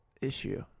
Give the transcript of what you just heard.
issue